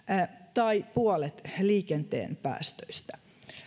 tai puolet liikenteen päästöistä